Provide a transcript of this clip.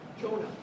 Jonah